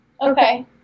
Okay